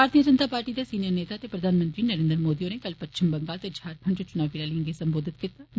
भारतीय जनता पार्टी दे सीनियर नेता ते प्रधानमंत्री नरेंद्र मोदी होरें कल पश्चिम बंगाल ते झारखंड च चुनावी रैलियां गी संबोधित कीता हा